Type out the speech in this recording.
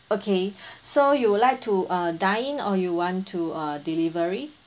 okay so you would like to uh dine in or you want to uh delivery